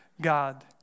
God